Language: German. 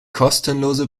kostenlose